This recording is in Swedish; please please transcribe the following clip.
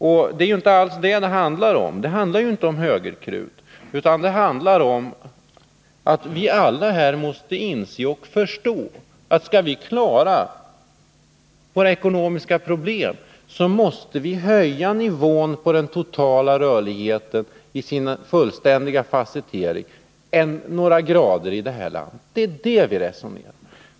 Men det är ju inte alls det saken handlar om. Inte om högerkrut utan om att vi alla här måste inse och förstå att skall vi klara våra ekonomiska problem så måste vi höja nivån på den totala rörligheten i dess fullständiga fasettering några grader i det här landet. Det är det vi resonerar om.